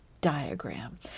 diagram